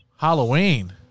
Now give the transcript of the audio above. Halloween